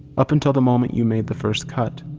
up until the moment you made the first cut.